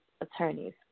attorneys